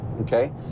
okay